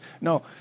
No